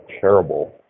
terrible